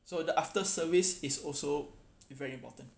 so the after service is also if very important